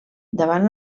davant